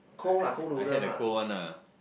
I I had the cold one ah